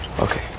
okay